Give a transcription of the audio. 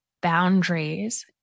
boundaries